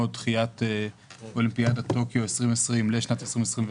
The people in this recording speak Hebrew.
דחיית אולימפיאדת טוקיו 2020 לשנת 2021,